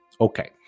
Okay